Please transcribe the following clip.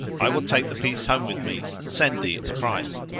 i will take the piece home with me and send thee its price.